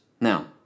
Now